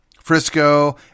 Frisco